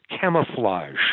camouflage